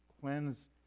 cleanse